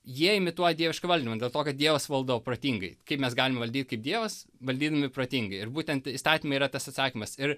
jie imituoja dievišką valdymą dėl to kad dievas valdo protingai kaip mes galim valdyt kaip dievas valydami protingai ir būtent įstatymai yra tas atsakymas ir